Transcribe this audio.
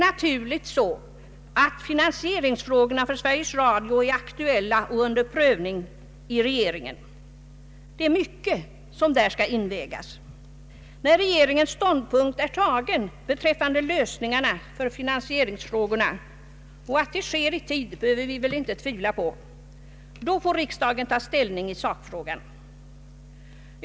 Naturligtvis är finansieringsfrågorna för Sveriges Radio aktuella och under prövning i regeringen. När regeringen blir klar med sin ståndpunkt beträffande finansieringsfrågornas lösning — att det sker i tid behöver vi väl inte tvivla på — får riksdagen ta ställning i sakfrågan.